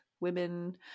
women